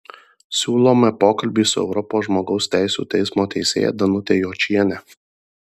siūlome pokalbį su europos žmogaus teisių teismo teisėja danute jočiene